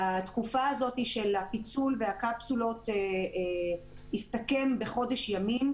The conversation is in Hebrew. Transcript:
התקופה הזאת של הפיצול והקפסולות הסתכם בחודש ימים,